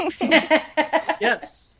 yes